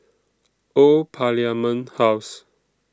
Old Parliament House